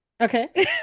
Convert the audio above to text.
Okay